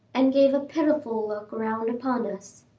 and gave a pitiful look round upon us.